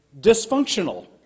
dysfunctional